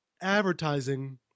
advertising